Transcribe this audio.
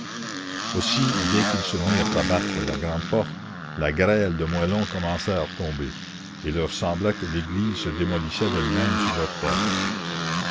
aussi dès qu'ils se mirent à battre la grande porte la grêle de moellons commença à tomber et il leur sembla que l'église se démolissait d'elle-même sur leur tête